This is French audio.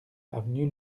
avenue